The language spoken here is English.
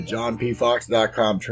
JohnPFox.com